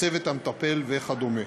הצוות המטפל וכדומה.